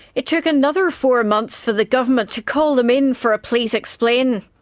it took another four months for the government to call them in for a please explain.